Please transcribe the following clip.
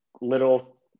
little